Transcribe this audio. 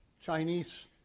Chinese